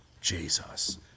Jesus